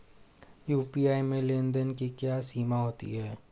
UPI में लेन देन की क्या सीमा होती है?